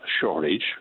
shortage